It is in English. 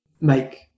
make